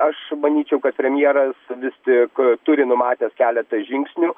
aš manyčiau kad premjeras vis tik turi numatęs keletą žingsnių